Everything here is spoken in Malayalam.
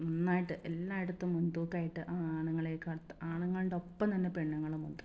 നന്നായിട്ട് എല്ലായിടത്തും മുൻ തൂക്കമായിട്ട് ആണുങ്ങളേക്കാൾ ആണുങ്ങളുടെ ഒപ്പം തന്നെ പെണ്ണുങ്ങളുമുണ്ട്